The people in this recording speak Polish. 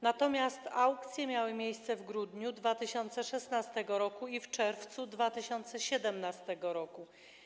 Natomiast aukcje miały miejsce w grudniu 2016 r. i w czerwcu 2017 r.